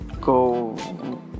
go